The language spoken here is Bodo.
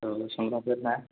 औ संग्राफोरना